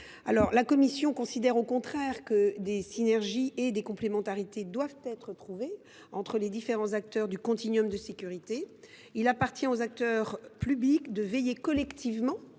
La commission considère, à l’inverse de leurs auteurs, que des synergies et des complémentarités doivent être trouvées entre les différents acteurs du continuum de sécurité. Il appartient aux acteurs publics de veiller collectivement